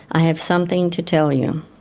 i have something to tell you.